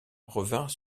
revinrent